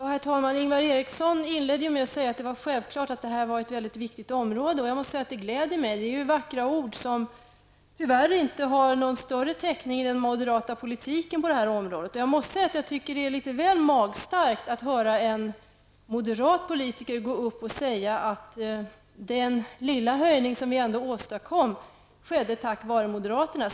Herr talman! Ingvar Eriksson inledde sitt anförande med att säga att det område som vi nu diskuterar var mycket viktigt. Detta hans uttalande gläder mig, men det är vackra ord som tyvärr inte har någon större täckning i den moderata politiken på detta område. Det är litet väl magstarkt att höra en moderat politiker säga att den lilla höjning som vi ändå åstadkom skedde tack vare moderaterna.